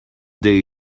day